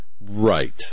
Right